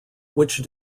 which